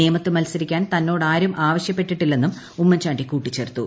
നേമത്ത് മത്സരിക്കാൻ തന്നോടാരും ആവശ്യപ്പെട്ടിട്ടില്ലെന്നും ഉമ്മൻചാണ്ടി കൂട്ടിച്ചേർത്തു